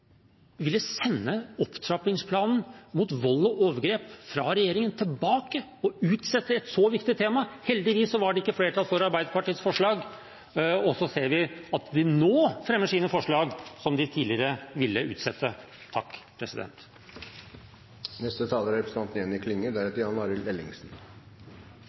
ville sende opptrappingsplanen mot vold og overgrep tilbake til regjeringen – og utsette et så viktig tema. Heldigvis var det ikke flertall for Arbeiderpartiets forslag. Så ser vi at de nå fremmer sine forslag, som de tidligere ville utsette. Det er to moment eg vil trekkje fram frå denne debatten som er litt merkelege. Representanten Ellingsen